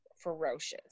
ferocious